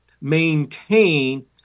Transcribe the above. maintain